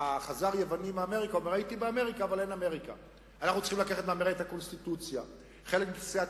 חזר יווני מאמריקה ואמר: הייתי באמריקה אבל אין אמריקה.